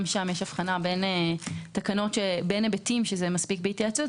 גם שם יש הבחנה בין היבטים שבהם מספיקה התייעצות,